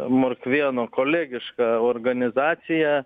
morkvėno kolegiška organizacija